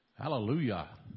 Hallelujah